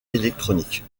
électroniques